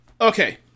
Okay